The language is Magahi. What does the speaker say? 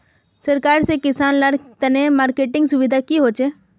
सरकार से किसान लार तने मार्केटिंग सुविधा की होचे?